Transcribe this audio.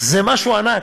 זה משהו ענק,